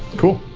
cool